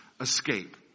escape